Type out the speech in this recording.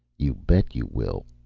you bet you will,